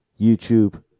youtube